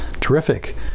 Terrific